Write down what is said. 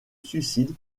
suicide